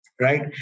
right